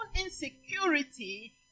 insecurity